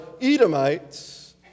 Edomites